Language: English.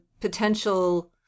potential